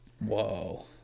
Whoa